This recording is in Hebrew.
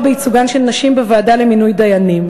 בייצוגן של נשים בוועדה למינוי דיינים,